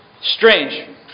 strange